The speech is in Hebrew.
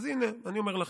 אז הינה, אני אומר לכם: